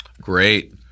Great